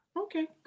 Okay